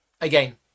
again